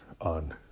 on